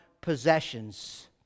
possessions